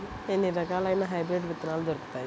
ఎన్ని రకాలయిన హైబ్రిడ్ విత్తనాలు దొరుకుతాయి?